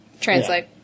translate